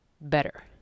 better